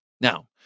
Now